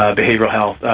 ah behavioral health,